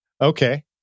Okay